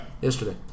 yesterday